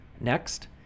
Next